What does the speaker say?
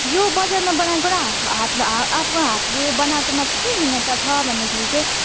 यो बजारमा बनाएको र हाफ हातमा आफ्नो हातले बनाएकोमा चाहिँ के भिन्नता छ भन्दाखेरि चाहिँ